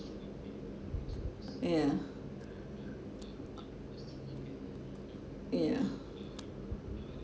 ya ya